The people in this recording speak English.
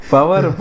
Power